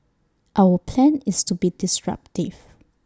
our plan is to be disruptive